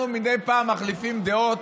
אנחנו מדי פעם מחליפים דעות